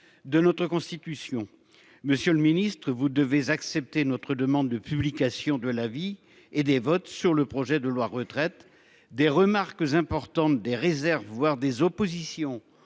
De notre constitution. Monsieur le Ministre, vous devez accepter notre demande de publication de la vie et des votes sur le projet de loi retraites des remarques importantes des réserves, voire des oppositions